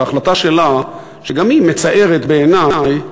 והחלטה שלה, שגם היא מצערת בעיני,